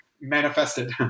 manifested